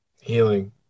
healing